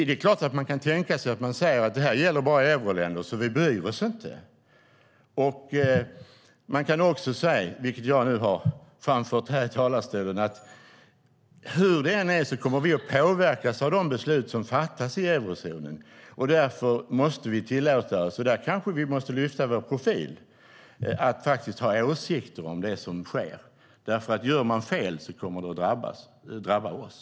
Det är klart att man kan säga att detta bara gäller euroländer och att vi därför inte ska bry oss, men man kan också säga - vilket jag nu har gjort här i talarstolen - att hur det än är kommer vi att påverkas av de beslut som fattas i eurozonen, och därför måste vi tillåta oss att faktiskt ha åsikter om det som sker. Där kanske vi måste lyfta vår profil. Gör man fel i eurozonen kommer det att drabba oss.